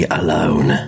alone